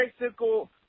bicycle